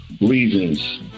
reasons